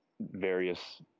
various